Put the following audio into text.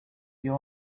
you